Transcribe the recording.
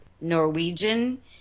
Norwegian